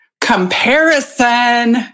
comparison